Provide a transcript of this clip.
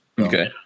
Okay